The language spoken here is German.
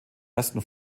ersten